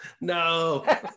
no